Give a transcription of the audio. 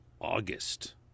August